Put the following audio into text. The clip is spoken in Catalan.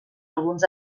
alguns